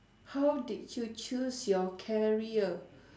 how did you choose your carrier